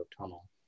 tunnel